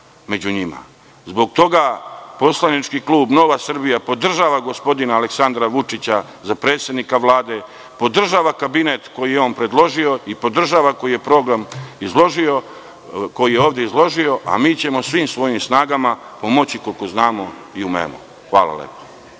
među njima. Zbog toga poslanički klub Nova Srbija podržava gospodina Aleksandra Vučića za predsednika Vlade, podržava kabinet koji je on predložio i podržava program koji je ovde izložio, a mi ćemo svim svojim snagama pomoći koliko znamo i umemo. Hvala lepo.